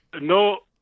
No